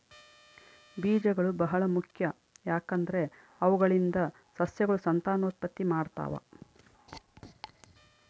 ಬೀಜಗಳು ಬಹಳ ಮುಖ್ಯ, ಯಾಕಂದ್ರೆ ಅವುಗಳಿಂದ ಸಸ್ಯಗಳು ಸಂತಾನೋತ್ಪತ್ತಿ ಮಾಡ್ತಾವ